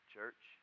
Church